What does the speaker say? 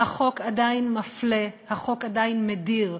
החוק עדיין מפלה, החוק עדיין מדיר.